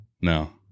No